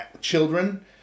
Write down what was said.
children